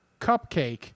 cupcake